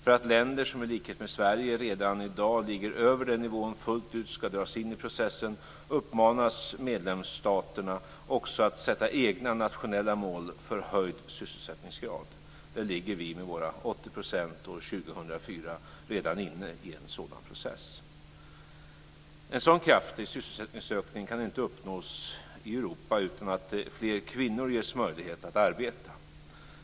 För att länder som i likhet med Sverige redan i dag ligger över den nivån fullt ut ska dras in i processen uppmanas medlemsstaterna också att uppsätta egna nationella mål för höjd sysselsättningsgrad. Där är vi med våra 80 % år 2004 redan inne i en sådan process.